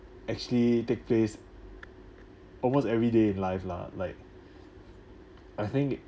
actually take place almost everyday in life lah like I think